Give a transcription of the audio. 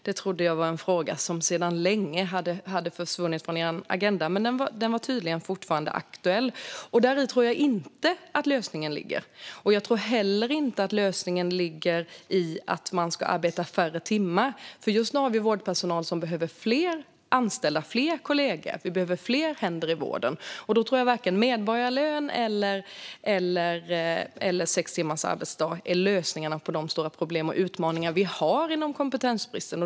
Det trodde jag var en fråga som sedan länge hade försvunnit från er agenda, men den var tydligen fortfarande aktuell. Där tror jag inte att lösningen ligger. Jag tror heller inte att lösningen ligger i att man ska arbeta färre timmar, för just nu har vi vårdpersonal som behöver fler anställda, fler kollegor. Vi behöver fler händer i vården, och jag tror inte att vare sig medborgarlön eller sex timmars arbetsdag är lösningen på de stora problem och utmaningar som vi har när det gäller kompetensbristen.